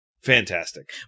fantastic